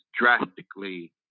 drastically